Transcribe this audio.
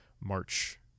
march